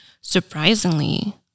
surprisingly